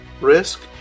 risk